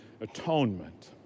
atonement